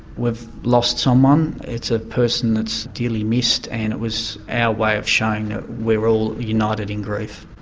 we've lost someone, it's a person that's dearly missed and it was our way of showing that we were all united in grief.